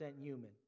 human